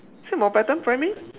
is it Mountbatten Primary